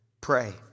pray